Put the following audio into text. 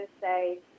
say